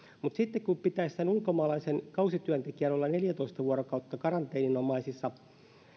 mutta sitten kun pitäisi sen ulkomaalaisen kausityöntekijän olla neljätoista vuorokautta karanteeninomaisissa